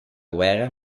guerra